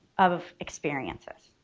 of experiences